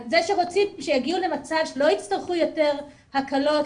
זה שרוצים שיגיעו למצב שלא יצטרכו יותר הקלות,